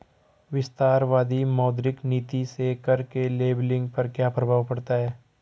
विस्तारवादी मौद्रिक नीति से कर के लेबलिंग पर क्या प्रभाव पड़ता है?